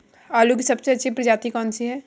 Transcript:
आलू की सबसे अच्छी प्रजाति कौन सी है?